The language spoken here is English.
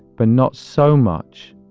but not so much